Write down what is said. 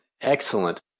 excellent